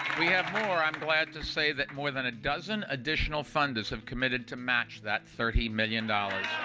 we have more. i'm glad to say that more than a dozen additional funders have committed to match that thirty million dollars.